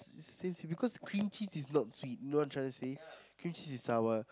since because cream cheese is not sweet know what I'm tryna say cream cheese is sour